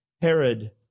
Herod